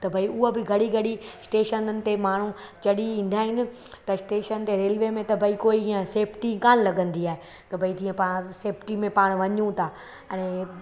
त भई उहा बि घड़ी घड़ी स्टेशननि ते माण्हू चढ़ी ईंदा आहिनि त स्टेशन ते रेलवे में त भई कोई ईअं सेफ्टी कान लॻंदी आहे के भई जीअं पा सेफ्टी में पाण वञू था अने